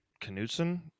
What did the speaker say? Knutson